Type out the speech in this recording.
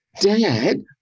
Dad